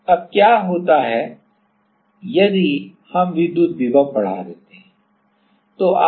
अब क्या होता है क्या होता है यदि हम विद्युत विभव बढ़ा देते हैं